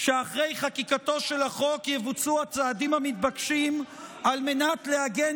שלאחר חקיקתו של החוק יבוצעו הצעדים המתבקשים על מנת לעגן